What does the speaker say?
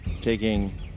taking